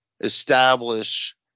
establish